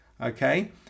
okay